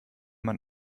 man